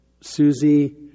Susie